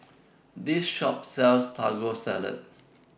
This Shop sells Taco Salad